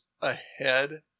ahead